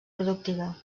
productiva